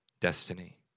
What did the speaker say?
destiny